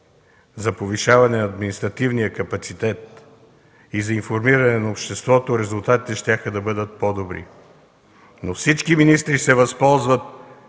за повишаване на административния капацитет и за информиране на обществото, резултатите щяха да бъдат по-добри, но всички министри се възползват